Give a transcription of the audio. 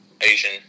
Asian